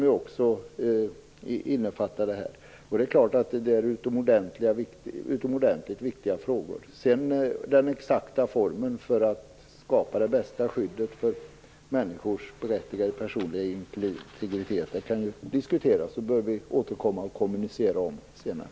Detta innefattas också. Det är klart att detta är utomordentligt viktiga frågor. Den exakta formen för att man skall kunna skapa det bästa skyddet för människors berättigade personliga integritet kan diskuteras. Detta bör vi återkomma till och kommunicera om senare.